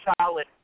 solid